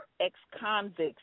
ex-convicts